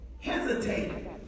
hesitated